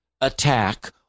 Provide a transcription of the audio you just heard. attack